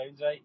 right